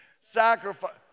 Sacrifice